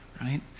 Right